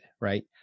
right